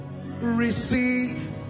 Receive